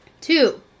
Two